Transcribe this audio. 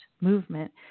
movement